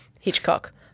Hitchcock